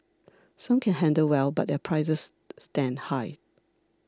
some can handle well but their prices stand high